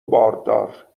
باردار